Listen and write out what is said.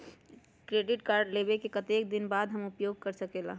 Credit card लेबे के कतेक दिन बाद हम उपयोग कर सकेला?